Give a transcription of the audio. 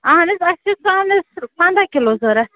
اَہن حظ اَسہِ چھِ ژامنٮ۪س پَنٛداہ کِلوٗ ضوٚرَتھ